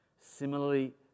similarly